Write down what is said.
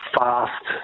fast